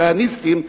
הכהניסטים,